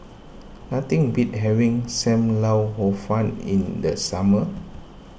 nothing beat having Sam Lau Hor Fun in the summer